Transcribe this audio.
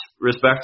respect